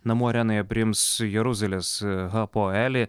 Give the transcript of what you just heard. namų arenoje priims jeruzalės hapoelį